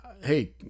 Hey